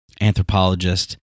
anthropologist